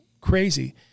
crazy